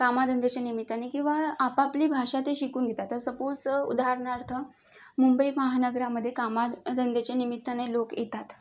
कामाधंद्याच्या निमित्ताने किंवा आपापली भाषा ते शिकून घेतात तर सपोज उदाहरणार्थ मुंबई महानगरामध्ये कामाधंद्याच्या निमित्ताने लोक येतात